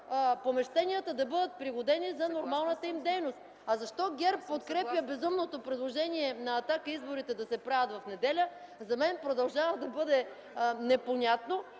помещенията да бъдат пригодени за нормалната им дейност. Защо ГЕРБ подкрепя безумното предложение на „Атака” изборите да се правят в неделя, за мен продължава да бъде непонятно,